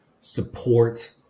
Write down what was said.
support